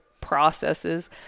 processes